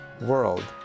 world